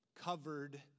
covered